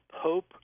Pope